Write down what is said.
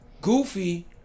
goofy